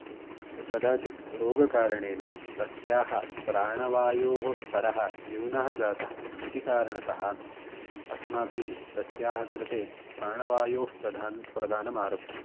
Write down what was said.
ए ए कदाचित् रोगकारणेन तस्याः प्राणवायोः स्तरः न्यूनः जातः इति कारणतः अस्माभिः तस्याः कृते प्राणवायोः प्रधानं प्रधानम् आरब्धम्